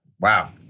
Wow